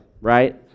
right